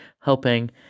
helping